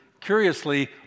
curiously